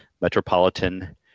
metropolitan